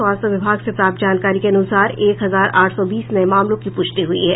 स्वास्थ्य विभाग से प्राप्त जानकारी के अनुसार एक हजार आठ सौ बीस नये मामलों की पुष्टि हुई है